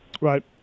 Right